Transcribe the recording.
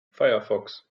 firefox